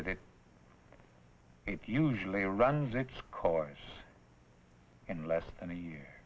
that it usually runs its course in less than a year